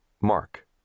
Mark